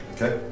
Okay